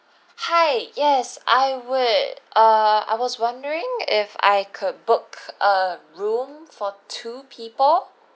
hi yes I would err I was wondering if I could book a room for two people